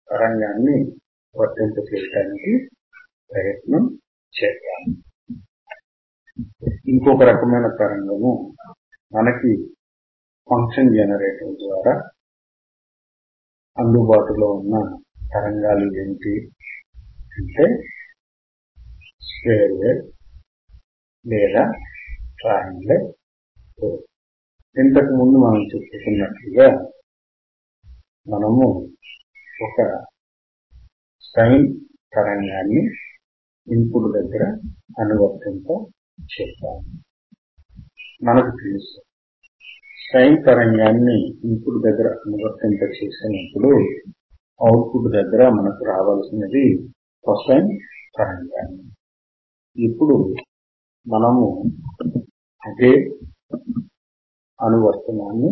4 ఓల్డ్ కలిగి మొన తేలిన తరంగాన్ని మనము గమనిస్తున్నాము